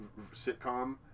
sitcom